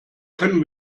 können